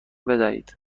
بدهید